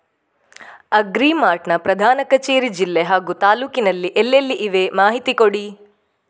Agri mart ನ ಪ್ರಧಾನ ಕಚೇರಿ ಜಿಲ್ಲೆ ಹಾಗೂ ತಾಲೂಕಿನಲ್ಲಿ ಎಲ್ಲೆಲ್ಲಿ ಇವೆ ಮಾಹಿತಿ ಕೊಡಿ?